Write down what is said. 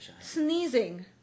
Sneezing